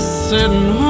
sitting